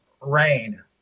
rain